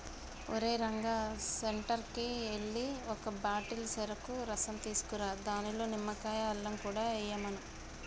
ఓరేయ్ రంగా సెంటర్కి ఎల్లి ఒక బాటిల్ సెరుకు రసం తీసుకురా దానిలో నిమ్మకాయ, అల్లం కూడా ఎయ్యమను